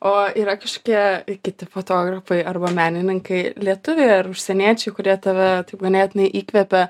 o yra kažkokie kiti fotografai arba menininkai lietuviai ar užsieniečiai kurie tave taip ganėtinai įkvepia